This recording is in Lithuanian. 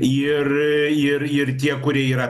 ir ir ir tie kurie yra